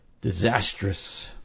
disastrous